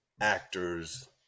actors